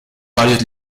varios